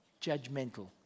judgmental